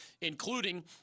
including